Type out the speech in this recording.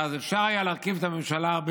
כי אז אפשר היה להרכיב את הממשלה הרבה